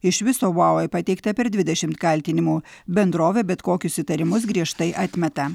iš viso huawei pateikta per dvidešimt kaltinimų bendrovė bet kokius įtarimus griežtai atmeta